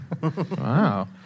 Wow